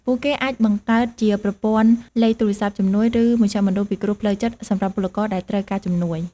ពួកគេអាចបង្កើតជាប្រព័ន្ធលេខទូរស័ព្ទជំនួយ ឬមជ្ឈមណ្ឌលពិគ្រោះផ្លូវចិត្តសម្រាប់ពលករដែលត្រូវការជំនួយ។